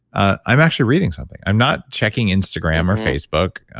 i'm actually reading something. i'm not checking instagram or facebook.